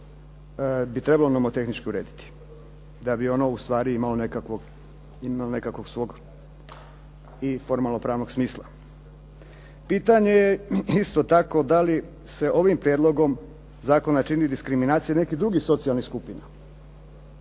bi trebalo nomotehnički urediti, da bi ono u stvari imalo nekakvog svog i formalno-pravnog smisla. Pitanje je isto tako da li se ovim prijedlogom zakona čini diskriminacija i nekih drugih socijalnih skupina